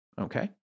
okay